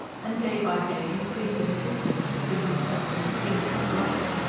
and day by day increasing the distance between himself and the scene of his loss.